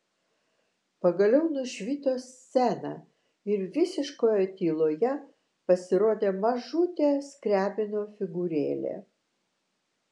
pagaliau nušvito scena ir visiškoje tyloje pasirodė mažutė skriabino figūrėlė